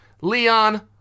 Leon